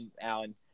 Alan